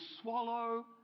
swallow